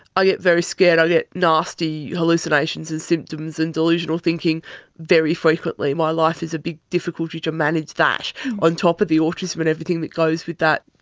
i get very scared, i get nasty hallucinations and symptoms and delusional thinking very frequently. my life is a big difficulty to manage that on top of the autism and everything that goes with that.